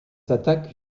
attaques